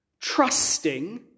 trusting